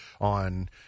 on –